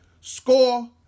score